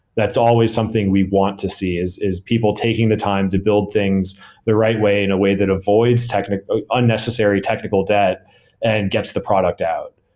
that's always something we want to see, is is people taking the time to build things the right way in a way that avoids unnecessary technical debt and gets the product out.